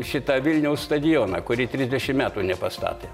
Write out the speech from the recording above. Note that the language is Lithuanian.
šitą vilniaus stadioną kurį trisdešimt metų nepastato